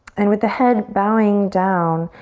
and with the head bowing down,